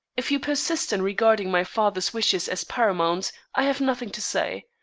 if you persist in regarding my father's wishes as paramount, i have nothing to say.